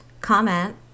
comment